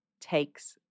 takes